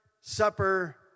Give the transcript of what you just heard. supper